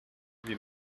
lui